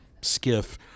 skiff